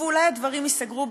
מדינת ישראל,